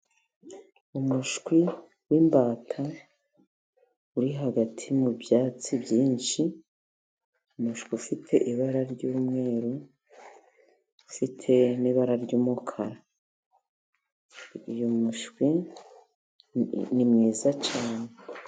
Umushwi w'imbata uri hagati mu byatsi byinshi. Umushwi ufite ibara ry'umweru, ufite n'ibara ry'umukara. Uyu mushwi ni mwiza cyane.